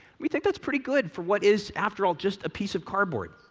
we think that's pretty good for what is, after all, just a piece of cardboard.